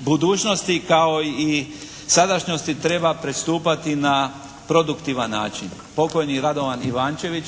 Budućnosti kao i sadašnjosti treba pristupati na produktivan način. Pokojni Radovan Ivančević